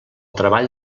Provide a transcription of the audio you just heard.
treball